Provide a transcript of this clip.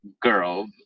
girl